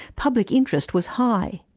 public interest was high.